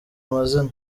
amazina